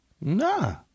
Nah